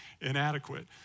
inadequate